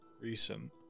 recent